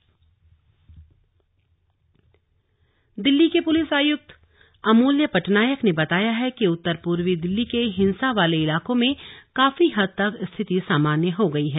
दिल्ली हालात दिल्ली के पुलिस आयुक्त अमूल्य पटनायक ने बताया है कि उत्तर पूर्वी दिल्ली के हिंसा वाले इलाकों में काफी हद तक स्थिति सामान्य हो गई है